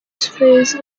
spheres